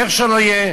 איך שלא יהיה,